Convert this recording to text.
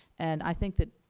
and i think that